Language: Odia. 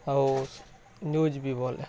ଆଉ ନ୍ୟୁଜ୍ ବି ଭଲ୍